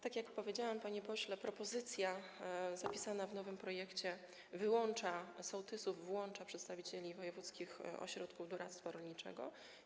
Tak jak powiedziałam, panie pośle, propozycja zapisana w nowym projekcie wyłącza sołtysów, a włącza przedstawicieli wojewódzkich ośrodków doradztwa rolniczego.